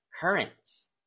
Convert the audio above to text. currents